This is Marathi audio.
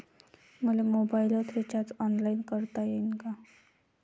मले मोबाईलच रिचार्ज ऑनलाईन करता येईन का?